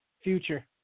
Future